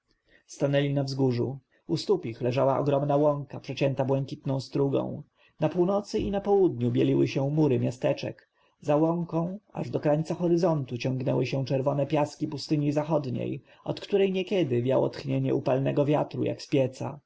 stanęli na wzgórzu u stóp ich leżała ogromna łąka przecięta błękitną strugą na północy i na południu bieliły się mury miasteczek za łąką aż do krańca horyzontu ciągnęły się czerwone piaski pustyni zachodniej od której niekiedy wiało tchnieniem upalnego wiatru jak z pieca